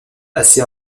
assez